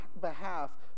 behalf